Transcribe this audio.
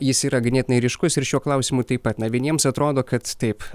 jis yra ganėtinai ryškus ir šiuo klausimu taip pat na vieniems atrodo kad taip